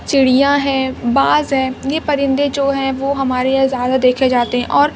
چڑیا ہے باز ہے یہ پرندے جو ہیں وہ ہمارے یہاں زیادہ دیکھے جاتے ہیں اور